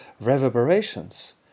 reverberations